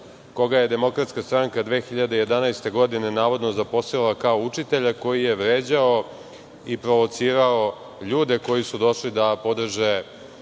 koga je DS 2011. godine, navodno, zaposlila kao učitelja koji je vređao i provocirao ljude koji su došli da podrže